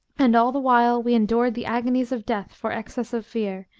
and all the while we endured the agonies of death for excess of fear,